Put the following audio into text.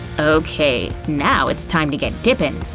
okay, now it's time to get dippin'!